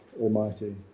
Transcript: Almighty